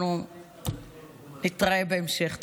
אנחנו נתראה בהמשך.